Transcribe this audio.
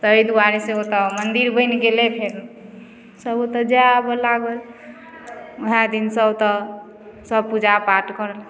तै दुआरेसँ ओतऽ मन्दिर बनि गेलय फेर सब ओतऽ जाइ आबऽ लागल वएह दिनसँ ओतऽ सब पूजा पाठ करऽ लागल